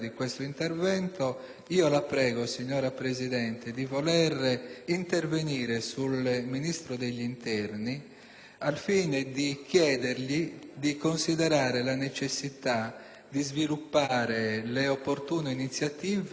per chiedergli di considerare la necessità di sviluppare le opportune iniziative per eliminare, o quantomeno contenere, i pericoli di tipo politico ed elettorale